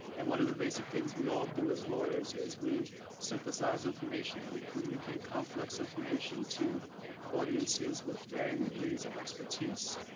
and one of the basic things we all do as lawyers is we synthesize information. and we communication complex information to audiences with varying degrees of expertise.